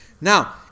Now